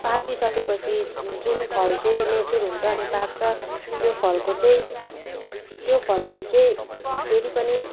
पाकिसकेपछि जुन फल चाहिँ मेच्युर हुन्छ अनि पाक्छ त्यो फलको चाहिँ त्यो फललाई चाहिँ फेरि पनि